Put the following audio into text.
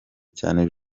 cyane